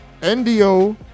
NDO